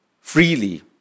freely